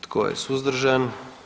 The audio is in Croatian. Tko je suzdržan?